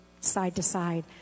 side-to-side